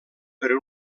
per